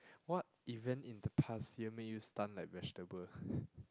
what event in the past year make you stun like vegetable